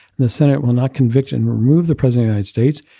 the senate will not convict and remove the president, aide states,